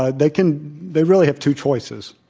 ah they can they really have two choices.